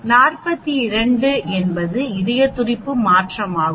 42 என்பது இதய துடிப்பு மாற்றமாகும்